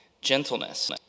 Gentleness